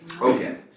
Okay